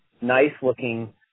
nice-looking